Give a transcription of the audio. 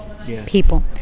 People